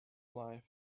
life